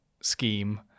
scheme